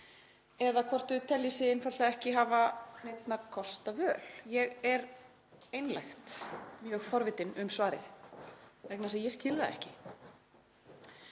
eða hvort þeir telji sig einfaldlega ekki hafa neinna kosta völ. Ég er einlægt mjög forvitin um svarið vegna þess að ég skil það ekki.